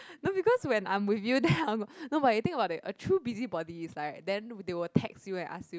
no because when I'm with you then I'm no but you think about it a true busybody is like then they will text you and ask you